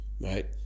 right